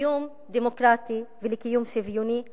לקיום דמוקרטי ולקיום שוויוני אמיתי,